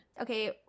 Okay